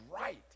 right